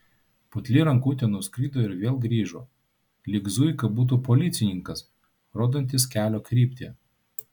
putli rankutė nuskrido ir vėl grįžo lyg zuika būtų policininkas rodantis kelio kryptį